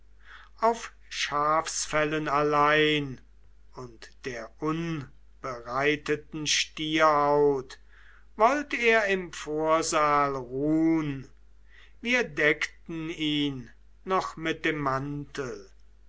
auf schafsfellen allein und der unbereiteten stierhaut wollt er im vorsaal ruhn wir deckten ihn noch mit dem mantel